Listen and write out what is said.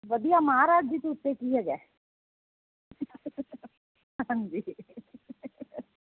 ਵਧੀਆ ਮਹਾਰਾਜ ਜੀ ਤੋਂ ਉੱਤੇ ਕੀ ਹੈਗਾ ਹਾਂਜੀ